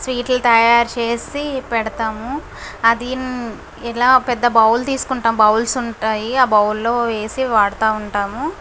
స్వీట్లు తయారు చేసి పెడతాము అది ఇలా పెద్ద బౌల్ తీసుకుంటాము బౌల్స్ ఉంటాయి ఆ బౌల్లో వేసి వాడతా ఉంటాము